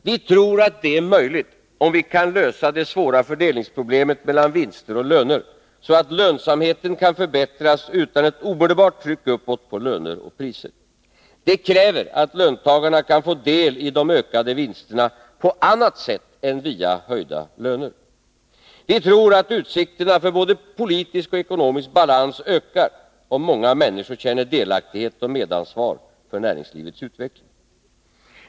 Vi tror att detta är möjligt om vi kan lösa det svåra problemet med fördelning mellan vinster och löner, så att lönsamheten kan förbättras utan ett omedelbart tryck uppåt på löner och priser. Det kräver att löntagarna kan få deli de ökade vinsterna på annat sätt än via höjda löner. Vi tror att utsikterna för både politisk och ekonomisk balans ökar om många människor känner delaktighet och medansvar för näringslivets utveckling.